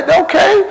okay